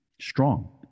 strong